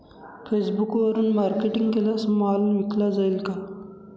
फेसबुकवरुन मार्केटिंग केल्यास माल विकला जाईल का?